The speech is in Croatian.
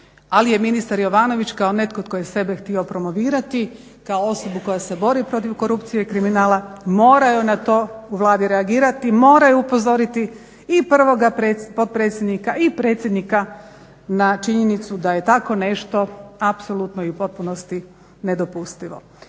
ali je ministar Jovanović kao netko tko je sebe htio promovirati kao osobu koja se bori protiv korupcije i kriminala moraju na to u Vladi reagirati i moraju upozoriti i prvog potpredsjednika i predsjednika na činjenicu da je tako nešto apsolutno i u potpunosti nedopustivo.